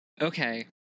Okay